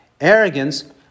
Arrogance